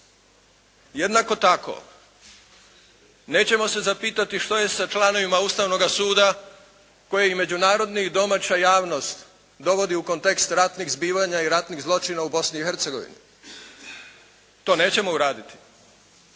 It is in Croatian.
Jednako tako nećemo se zapitati što je sa članovima Ustavnoga suda koje međunarodna i domaća javnost dovodi u kontekst ratnih zbivanja i ratnih zločina u Bosni i Hercegovini,